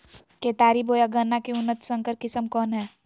केतारी बोया गन्ना के उन्नत संकर किस्म कौन है?